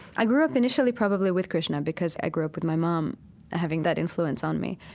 i grew up initially probably with krishna, because i grew up with my mom having that influence on me.